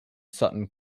sutton